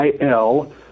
IL